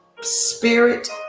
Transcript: spirit